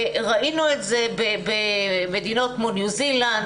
ראינו את זה במדינות כמו ניו זילנד,